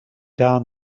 down